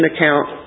account